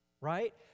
right